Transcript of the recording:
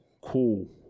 Cool